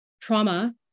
trauma